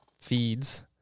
feeds